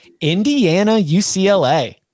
Indiana-UCLA